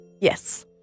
Yes